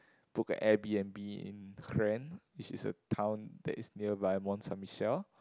book a Air-b_n_b in which is a town that is nearby Mont Saint Michel